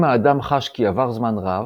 אם האדם חש כי עבר זמן רב,